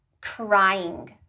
crying